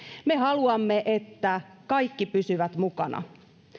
me haluamme että kaikki pysyvät mukana